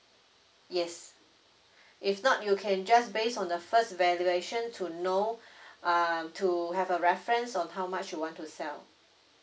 yes if not you can just based on the first valuation to know uh um to have a reference on how much you want to sell